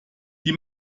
die